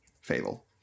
Fable